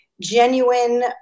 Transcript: genuine